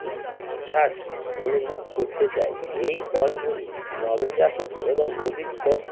উচ্ছ্বাস অনুভব করতে দেয় এই পথগুলি নবজাতক এবং অভিজ্ঞ